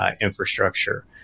infrastructure